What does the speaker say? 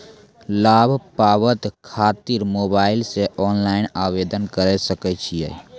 लाभ पाबय खातिर मोबाइल से ऑनलाइन आवेदन करें सकय छियै?